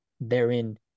therein